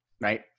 right